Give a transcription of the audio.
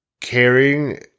caring